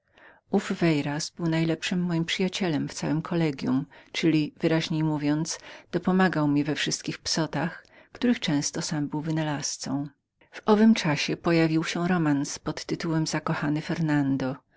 ten veyras był najlepszym moim przyjacielem w całem kollegium czyli wyraźniej mówiąc dopomagał mi we wszystkich psotach których często sam był wynalazcą w owym czasie pojawił się romans pod tytułem zakochany fernando